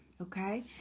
okay